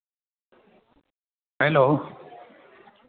hello